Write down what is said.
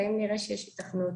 ואם נראה שיש היתכנות,